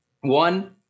One